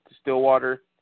Stillwater